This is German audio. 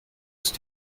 ist